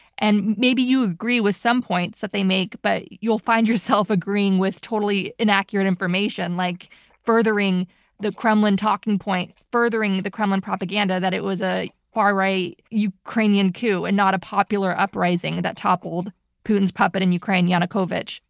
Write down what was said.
and maybe you agree with some points that they make, but you'll find yourself agreeing with totally inaccurate information, like furthering the kremlin talking points, furthering the kremlin propaganda, that it was a far right ukrainian coup and not a popular uprising that toppled putin's puppet in ukraine, yanukovych,